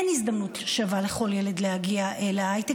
אין הזדמנות שווה לכל ילד להגיע להייטק.